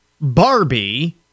Barbie